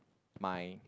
my